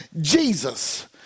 Jesus